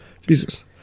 Jesus